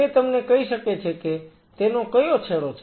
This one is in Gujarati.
તે તમને કહી શકે છે કે તેનો કયો છેડો છે